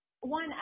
one